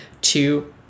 Two